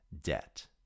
debt